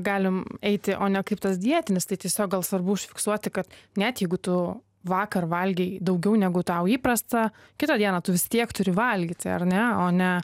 galim eiti o ne kaip tas dietinis tai tiesiog gal svarbu užfiksuoti kad net jeigu tu vakar valgei daugiau negu tau įprasta kitą dieną tu vis tiek turi valgyti ar ne o ne